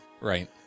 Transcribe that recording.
right